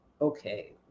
okay